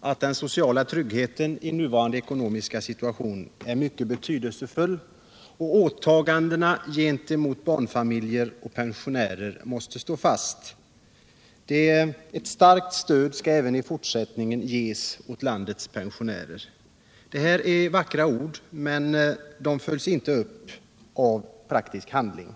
att den sociala tryggheten i nuvarande ekonomiska situation är mycket betydelsefull och att åtagandena gentemot barnfamiljer och pensionärer måste stå fast. Ett starkt stöd skall även i fortsättningen ges åt landets pensionärer. Det är vackra ord, men de följs inte upp i praktisk handling.